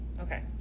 Okay